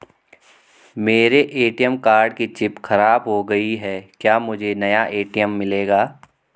मेरे ATM card की chip खराब हो गयी है क्या मुझे नया ए.टी.एम मिलेगा?